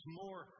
more